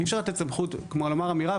אי-אפשר לתת סמכות כמו לומר אמירה,